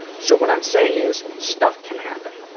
so what i'm saying is stuff can happen.